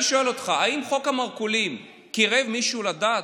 אני שואל אותך: האם חוק המרכולים קירב מישהו לדת?